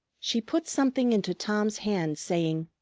she put something into tom's hand saying,